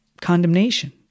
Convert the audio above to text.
condemnation